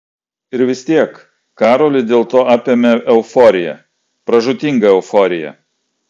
ir vis tiek karolį dėl to apėmė euforija pražūtinga euforija